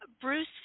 Bruce